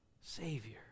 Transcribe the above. Savior